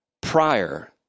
Prior